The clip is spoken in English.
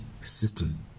system